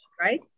right